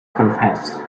confess